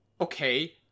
Okay